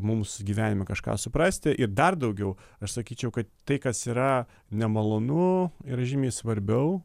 mums gyvenime kažką suprasti ir dar daugiau aš sakyčiau kad tai kas yra nemalonu yra žymiai svarbiau